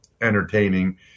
entertaining